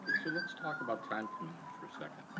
so let's talk about time commitment for a second.